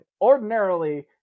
ordinarily